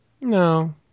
No